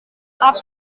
after